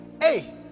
Hey